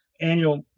annual